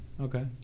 Okay